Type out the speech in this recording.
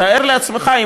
תאר לעצמך,